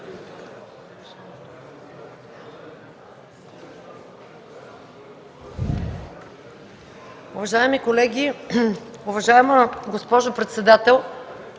Уважаеми колеги, уважаема госпожо председател!